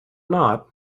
not